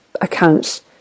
accounts